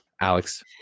Alex